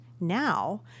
Now